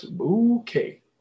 okay